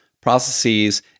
processes